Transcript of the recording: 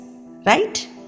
right